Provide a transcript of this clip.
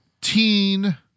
teen